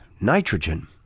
Nitrogen